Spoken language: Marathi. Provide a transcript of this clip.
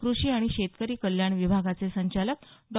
कृषी आणि शेतकरी कल्याण विभागाचे संचालक डॉ